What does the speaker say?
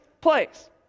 place